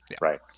Right